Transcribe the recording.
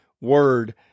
word